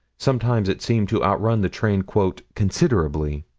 sometimes it seemed to outrun the train considerably.